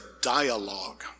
dialogue